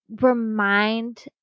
remind